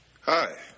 Hi